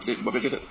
birthday 就是